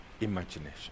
imagination